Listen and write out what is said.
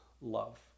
love